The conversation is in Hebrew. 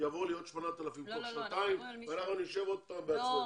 שיבואו אליי עוד 8,000 תוך שנתיים ואנחנו נשב עוד פעם לדון.